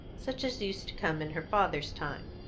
such as used to come in her father's time,